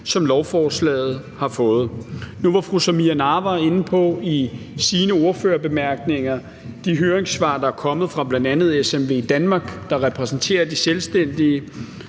som lovforslaget har fået. Nu var fru Samira Nawa i sine ordførerbemærkninger inde på de høringssvar, der er kommet fra bl.a. SMVdanmark, der repræsenterer de selvstændige.